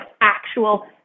actual